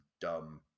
dumb